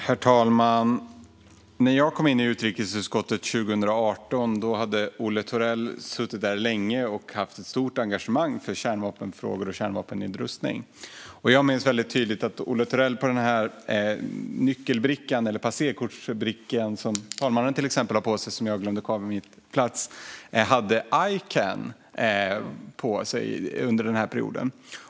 Herr talman! När jag kom in i utrikesutskottet 2018 hade Olle Thorell suttit där länge och haft ett stort engagemang för kärnvapenfrågor och kärnvapennedrustning. Jag minns tydligt att Olle Thorell under den perioden hade Ican på sitt passerkort, ett sådant som till exempel talmannen har på sig men som jag har glömt kvar vid min plats.